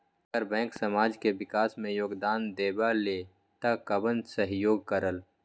अगर बैंक समाज के विकास मे योगदान देबले त कबन सहयोग करल?